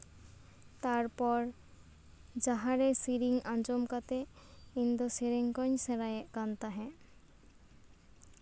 ᱛᱟᱨᱯᱚᱨ ᱡᱟᱦᱟᱸᱨᱮ ᱥᱮᱨᱮᱧ ᱟᱸᱡᱚᱢ ᱠᱟᱛᱮ ᱤᱧ ᱫᱚ ᱥᱮᱨᱮᱧ ᱠᱩᱧ ᱥᱮᱬᱟᱭᱮᱫ ᱛᱟᱦᱮᱫ